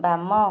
ବାମ